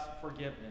forgiveness